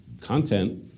content